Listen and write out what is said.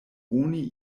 oni